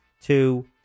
two